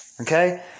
Okay